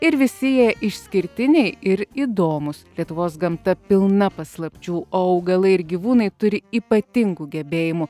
ir visi jie išskirtiniai ir įdomūs lietuvos gamta pilna paslapčių augalai ir gyvūnai turi ypatingų gebėjimų